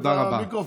תודה רבה.